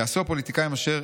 יעשו הפוליטיקאים אשר